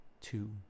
two